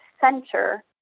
center